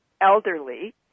elderly